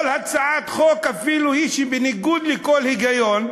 כל הצעת חוק, אפילו שהיא בניגוד לכל היגיון,